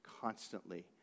constantly